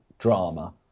drama